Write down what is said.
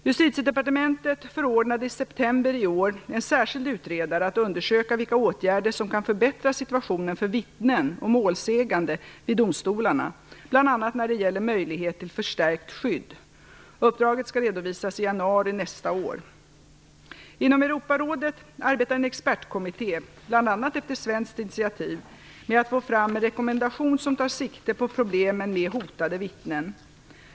Justitiedepartementet förordnade i september i år en särskild utredare att undersöka vilka åtgärder som kan förbättra situationen för vittnen och målsägande vid domstolarna, bl.a. när det gäller möjligheten till förstärkt skydd. Uppdraget skall redovisas i januari nästa år. Inom Europarådet arbetar en expertkommitté, bl.a. efter svenskt initiativ, med att få fram en rekommendation som tar sikte på problemen med hotade vittnen.